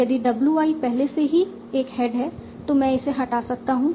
यदि w i पहले से ही एक हेड है तो मैं इसे हटा सकता हूं